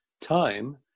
time